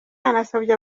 yanasabye